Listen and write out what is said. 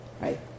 right